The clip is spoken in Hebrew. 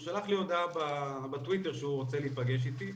הוא שלח לי הודעה בטוויטר שהוא רוצה להיפגש איתי.